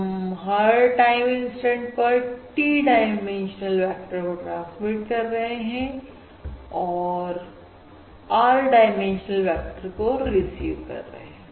हम हर time instant पर T डाइमेंशनल वेक्टर को ट्रांसमिट कर रहे हैंऔर R डायमेंशन वेक्टर को रिसीव कर रहे हैं